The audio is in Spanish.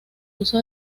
uso